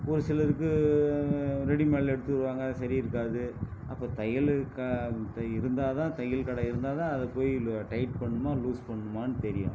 ஒரு சிலருக்கு ரெடிமேடில் எடுத்துக்குவாங்க சரி இருக்காது அப்போ தையல் இருக்கா த இருந்தால் தான் தையல் கடை இருந்தால் தான் அதை போய் லு டைட் பண்ணணுமா லூஸ் பண்ணணுமான்னு தெரியும்